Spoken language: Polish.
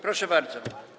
Proszę bardzo.